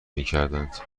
میکردند